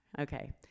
Okay